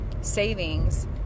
savings